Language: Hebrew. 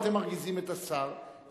אתם מרגיזים את השר,